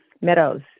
Meadows